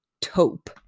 taupe